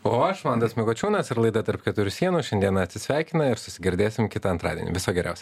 o aš mantas mikučiūnas ir laida tarp keturių sienų šiandien atsisveikina ir susigirdėsim kitą antradienį viso geriausio